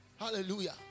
hallelujah